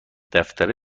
دفتر